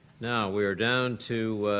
now we are down to